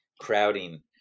crowding